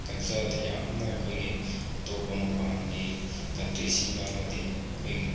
ꯀꯜꯆꯔꯗ ꯌꯥꯝꯅ ꯑꯩꯈꯣꯏꯒꯤ ꯑꯇꯣꯞꯄ ꯃꯄꯥꯟꯒꯤ ꯀꯟꯇ꯭ꯔꯤꯁꯤꯡꯒ ꯑꯃꯗꯤ ꯑꯩꯈꯣꯏꯒꯤ